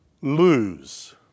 lose